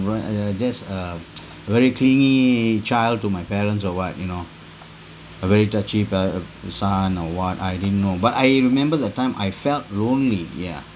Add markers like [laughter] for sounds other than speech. !aiya! just a [noise] very clingy child to my parents or what you know a very touchy pare~ uh son or what I didn't know but I remember that time I felt lonely yeah